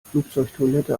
flugzeugtoilette